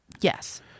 Yes